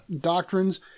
doctrines